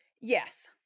Yes